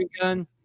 gun